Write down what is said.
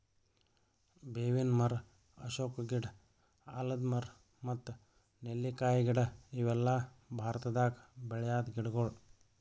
ಬೇವಿನ್ ಮರ, ಅಶೋಕ ಗಿಡ, ಆಲದ್ ಮರ ಮತ್ತ್ ನೆಲ್ಲಿಕಾಯಿ ಗಿಡ ಇವೆಲ್ಲ ಭಾರತದಾಗ್ ಬೆಳ್ಯಾದ್ ಗಿಡಗೊಳ್